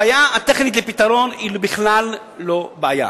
הבעיה הטכנית ניתנת לפתרון, היא בכלל לא בעיה,